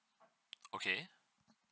okay